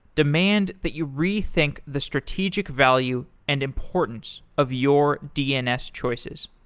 demand that you rethink the strategic value and importance of your dns choices.